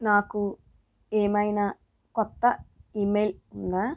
నాకు ఏమైనా కొత్త ఈమెయిల్ ఉందా